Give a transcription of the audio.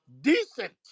decent